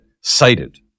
cited